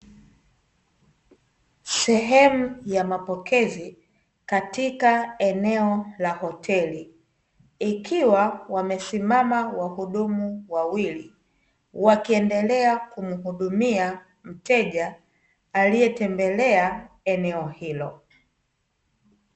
Sehemu ya mapokezi katika eneo la hoteli ikiwa wamekaa wahudumu wawili wakiendelea kumuhudumia mteja aliyetembelea eneo hilo.